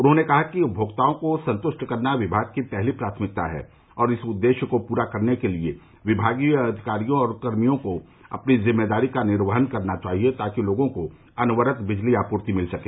उन्होंने कहा कि उपभोक्ताओं को संतुष्ट करना विभाग की पहली प्राथमिकता है और इस उददेश्य को पूरा करने लिए विभागीय अधिकारियों और कर्मियों को अपनी जिम्मेदारी का निर्वहन करना चाहिए ताकि लोगों को अनवरत् बिजली आपूर्ति मिल सके